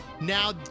Now